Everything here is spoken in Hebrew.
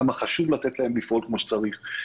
כמה חשוב לתת להן לפעול כמו שצריך,